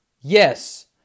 yes